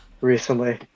recently